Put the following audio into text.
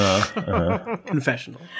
Confessional